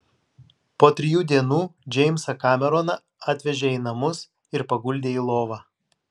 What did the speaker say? po trijų dienų džeimsą kameroną atvežė į namus ir paguldė į lovą